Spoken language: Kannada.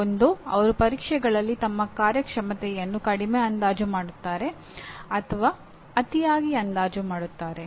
ಒಂದೋ ಅವರು ಪರೀಕ್ಷೆಗಳಲ್ಲಿ ತಮ್ಮ ಕಾರ್ಯಕ್ಷಮತೆಯನ್ನು ಕಡಿಮೆ ಅಂದಾಜು ಮಾಡುತ್ತಾರೆ ಅಥವಾ ಅತಿಯಾಗಿ ಅಂದಾಜು ಮಾಡುತ್ತಾರೆ